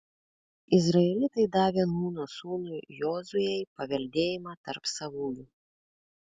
izraelitai davė nūno sūnui jozuei paveldėjimą tarp savųjų